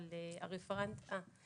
אבל הרפרנט אה.